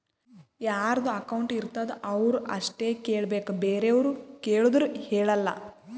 ಯಾರದು ಅಕೌಂಟ್ ಇರ್ತುದ್ ಅವ್ರು ಅಷ್ಟೇ ಕೇಳ್ಬೇಕ್ ಬೇರೆವ್ರು ಕೇಳ್ದೂರ್ ಹೇಳಲ್ಲ